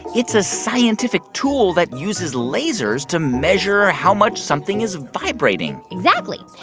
it's a scientific tool that uses lasers to measure how much something is vibrating exactly.